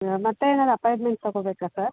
ಹಾಂ ಮತ್ತೆ ಏನಾರೂ ಅಪಾಯಿಂಟ್ಮೆಂಟ್ ತಗೊಬೇಕಾ ಸರ್